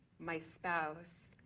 my spouse,